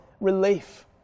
relief